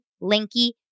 lanky